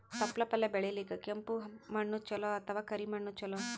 ತೊಪ್ಲಪಲ್ಯ ಬೆಳೆಯಲಿಕ ಕೆಂಪು ಮಣ್ಣು ಚಲೋ ಅಥವ ಕರಿ ಮಣ್ಣು ಚಲೋ?